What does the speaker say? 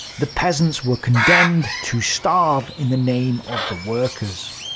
the peasants were condemned to starve in the name of the workers.